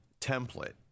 template